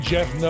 Jeff